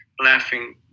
laughing